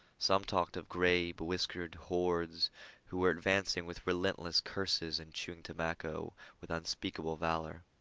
some talked of gray, bewhiskered hordes who were advancing with relentless curses and chewing tobacco with unspeakable valor